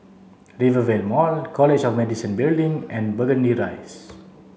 Rivervale Mall College of Medicine Building and Burgundy Rise